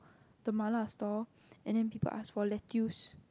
the Mala stall and then people ask for lettuce